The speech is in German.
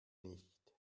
nicht